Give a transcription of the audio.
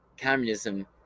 communism